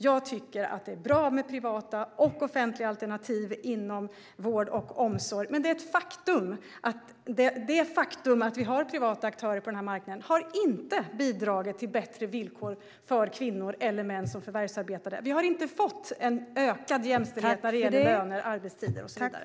Jag tycker att det är bra med privata och offentliga alternativ inom vård och omsorg, men det faktum att vi har privata aktörer på denna marknad har inte bidragit till bättre villkor för kvinnor eller män som förvärvsarbetar där. Vi har inte fått en ökad jämställdhet när det gäller löner, arbetstider och så vidare.